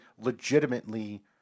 legitimately